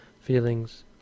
feelings